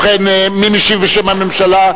ובכן, מי משיב בשם הממשלה?